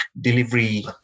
delivery